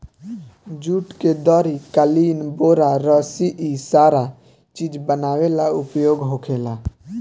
जुट के दरी, कालीन, बोरा, रसी इ सारा चीज बनावे ला उपयोग होखेला